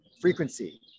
frequency